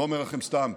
אני לא אומר לכם סתם,